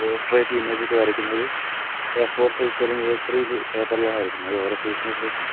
portrait image ഒക്കെ വരക്കുന്നത് A four size അല്ലെങ്കിൽ എ ത്രീല് പേപ്പറിലാണ് വരക്കുന്നത് ഓരോ സൈസിന് അനുസരിച്ച്